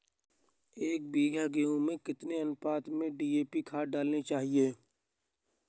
एक बीघे गेहूँ में कितनी अनुपात में डी.ए.पी खाद डालनी चाहिए?